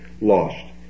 lost